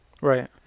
Right